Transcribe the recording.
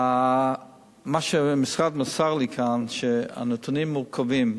מה שהמשרד מסר לי כאן הוא שהנתונים מורכבים.